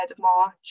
March